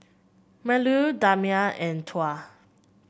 Melur Damia and Tuah